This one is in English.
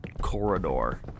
corridor